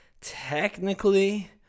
technically